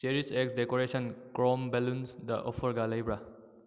cherries x decoration from ꯕꯦꯂꯨꯟꯁꯗ ꯑꯣꯐꯔꯒ ꯂꯩꯕ꯭ꯔꯥ